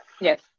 Yes